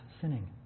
sinning